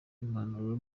impanuro